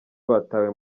batawe